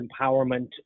empowerment